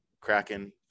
Kraken